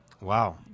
Wow